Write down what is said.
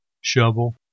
shovel